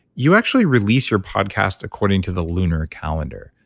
you actually release your podcast according to the lunar calendar.